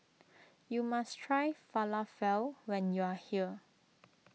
you must try Falafel when you are here